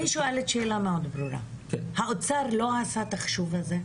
אני שואלת שאלה מאוד ברורה: האוצר לא עשה את החישוב הזה?